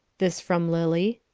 this from lily.